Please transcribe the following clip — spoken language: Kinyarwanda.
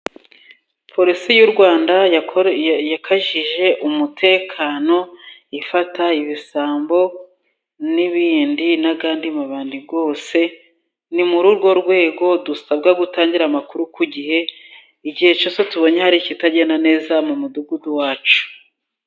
Polisi y'u Rwanda yakajije umutekano ifata ibisambo n'ibindi n'andi mubandi yose, ni muri urwo rwego dusabwa gutangira amakuru ku gihe, igihe cyose tubonye hari ikitagenda neza mu mudugudu wacu.